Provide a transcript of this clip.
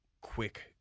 quick